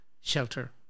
shelter